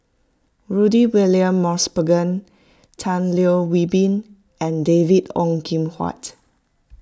Rudy William Mosbergen Tan Leo Wee Hin and David Ong Kim Huat